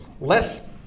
less